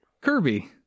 Kirby